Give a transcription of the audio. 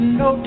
no